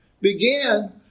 began